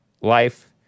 life